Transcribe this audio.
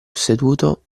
seduto